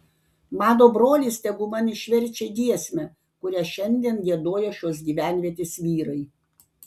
mano brolis tegu man išverčia giesmę kurią šiandien giedojo šios gyvenvietės vyrai